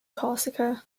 corsica